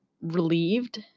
relieved